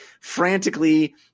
frantically